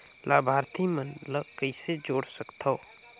लाभार्थी मन ल कइसे जोड़ सकथव?